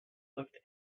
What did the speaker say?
looked